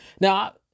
Now